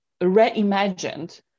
reimagined